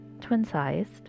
twin-sized